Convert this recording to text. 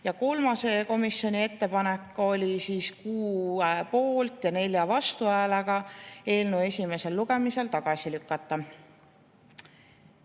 Ja kolmas komisjoni ettepanek oli 6 poolt- ja 4 vastuhäälega eelnõu esimesel lugemisel tagasi lükata.